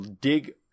dig